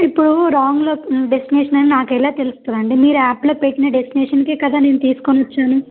ఇప్పుడు రాంగ్లో డెస్టినేేషన్ అని నాకు ఎలా తెలుస్తుందండి మీరు యాప్లో పెట్టిన డెస్టినేషన్కె కదా నేను తీసుకొని వచ్చాను